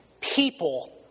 People